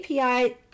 API